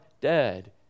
dead